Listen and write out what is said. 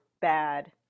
bad